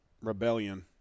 Rebellion